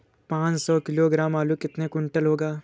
पाँच सौ किलोग्राम आलू कितने क्विंटल होगा?